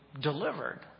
delivered